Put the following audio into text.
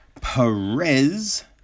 Perez